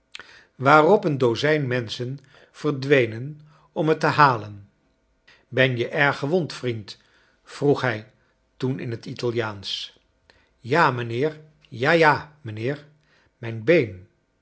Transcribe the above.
waarop een dozijn menschen verdwenen om het te halen ben je erg gewond vriend vroeg hij toen in het italiaansch ja mijnheer ja ja mijnheer mijn been